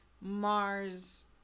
Mars